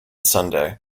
sunday